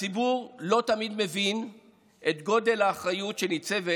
הציבור לא תמיד מבין את גודל האחריות שניצבת